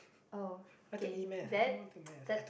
oh k that that's